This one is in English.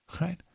Right